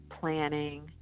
planning